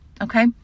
Okay